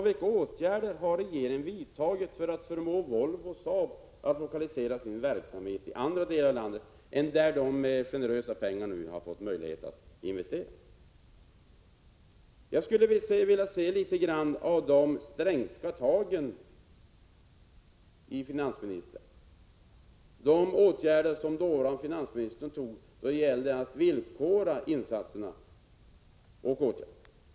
Vilka åtgärder har regeringen vidtagit för att förmå Volvo och Saab att lokalisera sina verksamheter i andra delar av landet än de delar där de nu med generösa tillskott av pengar har fått möjlighet att investera? Jag skulle vilja se litet grand av de Strängska tagen i finansministerns åtgärder — jag tänker på de åtgärder som den tidigare finansministern vidtog då det gällde att villkora insatserna och åtgärderna.